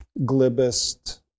glibest